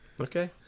Okay